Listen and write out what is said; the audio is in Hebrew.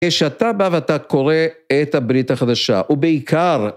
כשאתה בא ואתה קורא את הברית החדשה ובעיקר